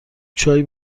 چای